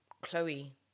Chloe